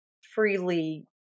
freely